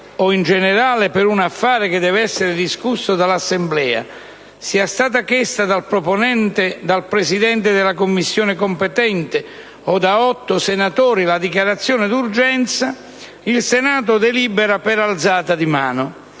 o in generale per un affare che deve essere discusso dall'Assemblea sia stata chiesta dal proponente, dal Presidente della Commissione competente o da otto senatori la dichiarazione d'urgenza, il Senato delibera per alzata di mano.